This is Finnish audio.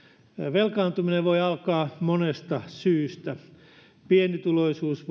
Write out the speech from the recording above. velkaantuminen voi alkaa monesta syystä pienituloisuus